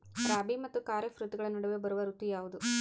ರಾಬಿ ಮತ್ತು ಖಾರೇಫ್ ಋತುಗಳ ನಡುವೆ ಬರುವ ಋತು ಯಾವುದು?